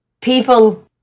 people